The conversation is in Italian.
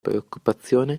preoccupazione